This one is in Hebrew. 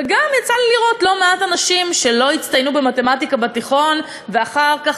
וגם יצא לי לראות לא מעט אנשים שלא הצטיינו במתמטיקה בתיכון ואחר כך,